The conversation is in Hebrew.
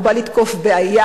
הוא בא לתקוף בעיה.